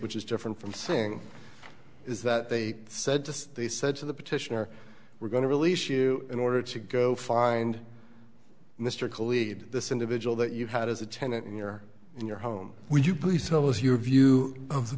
which is different from saying is that they said they said to the petitioner we're going to release you in order to go find mr khaliq this individual that you had as a tenant in your in your home would you please tell us your view of the